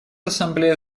ассамблея